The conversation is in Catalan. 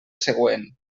següent